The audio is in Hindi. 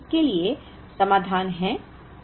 तो यह इसके लिए समाधान है